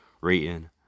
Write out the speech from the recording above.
rating